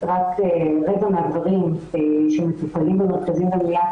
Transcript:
רק רבע מהגברים שמטופלים במרחבים למניעת